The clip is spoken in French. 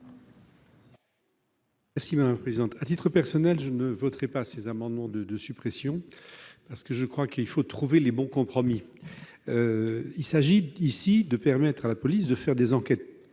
explication de vote. À titre personnel, je ne voterai pas ces amendements de suppression, car je pense qu'il faut trouver de bons compromis. Il s'agit ici de permettre à la police de mener des enquêtes